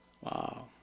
Wow